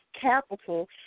capital